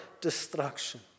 destruction